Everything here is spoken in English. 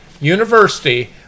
university